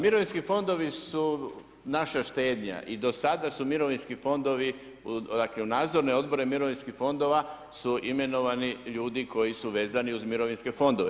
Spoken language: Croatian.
Mirovinski fondovi su naša štednja i do sada su mirovinski fondovi, dakle, u nadzorne odbore mirovinskih fondova su imenovani ljudi koji su vezani uz mirovinske fondove.